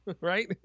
right